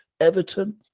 Everton